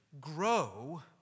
grow